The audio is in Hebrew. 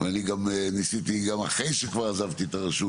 ואני גם ניסיתי גם אחרי שכבר עזבתי את הרשות